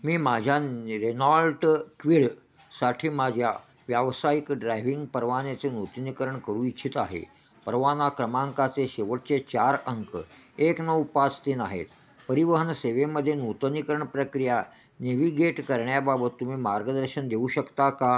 मी माझ्या रेनॉल्ट क्विडसाठी माझ्या व्यावसायिक ड्रायव्हिंग परवान्याचे नूतनीकरण करू इच्छित आहे परवाना क्रमांकाचे शेवटचे चार अंक एक नऊ पाच तीन आहेत परिवहन सेवेमध्येे नूतनीकरण प्रक्रिया नेव्हिगेट करण्याबाबत तुम्ही मार्गदर्शन देऊ शकता का